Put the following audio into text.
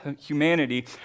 humanity